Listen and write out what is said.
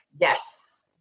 yes